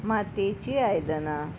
मातयेची आयदनां